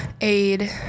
aid